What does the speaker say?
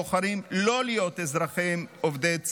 בוחרים לא להיות אזרחים עובדי צה"ל,